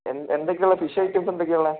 എന്തെക്കയാണ് ഉള്ളത് fish items എന്തെക്കയാണ് ഉള്ളത്